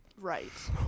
Right